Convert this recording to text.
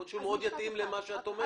יכול להיות שהוא יתאים מאוד אל מה שאת אומרת.